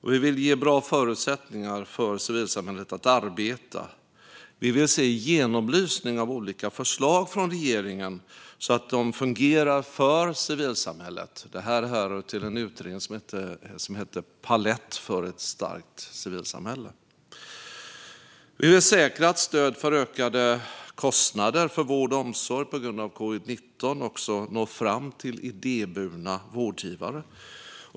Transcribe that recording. Och vi vill ge bra förutsättningar för civilsamhället att arbeta. Vi vill se genomlysning av olika förslag från regeringen så att de fungerar för civilsamhället. Det här härrör från en utredning som heter Palett för ett stärkt civilsamhälle . Vi vill säkra att stöd för ökade kostnader för vård och omsorg på grund av covid-19 också når fram till idéburna vårdgivare.